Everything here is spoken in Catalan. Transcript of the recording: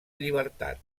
llibertat